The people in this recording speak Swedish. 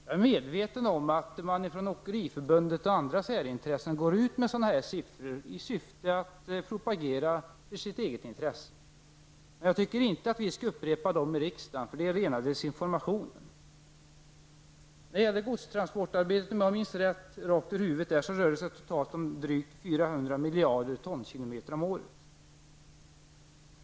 Jag är medveten om att man från Åkeriförbundet och andra företrädare för särintressen går ut med sådana siffror i syfte att propagera för sitt eget intresse. Jag tycker dock inte att vi skall upprepa dessa siffror i riksdagen, eftersom de är rena desinformationen. När det gäller godstransportarbetet rör det sig, om jag minns rätt, om totalt 400 miljarder tonkilometer om året.